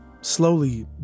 Slowly